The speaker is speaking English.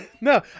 No